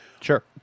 Sure